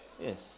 Yes